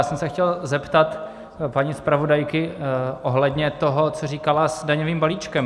Já jsem se chtěl zeptat paní zpravodajky ohledně toho, co říkala s daňovým balíčkem.